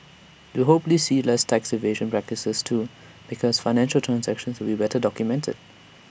we will hopefully see less tax evasion practices too because financial transactions will better documented